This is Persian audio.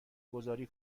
گذاری